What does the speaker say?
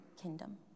kingdom